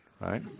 right